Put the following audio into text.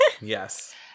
Yes